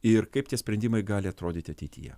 ir kaip tie sprendimai gali atrodyti ateityje